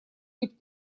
быть